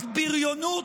רק בריונות,